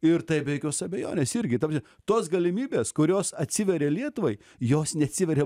ir tai be jokios abejonės irgi ta prasme tos galimybės kurios atsiveria lietuvai jos neatsiveria